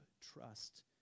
trust